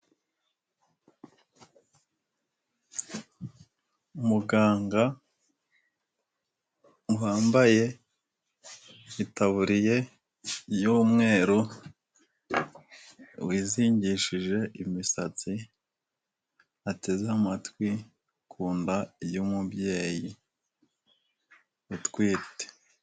Muganga, wambaye, itaburiye y'umweru wizingishije imisatsi, ateze amatwi, ku nda y'umubyeyi, utwite.